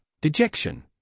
dejection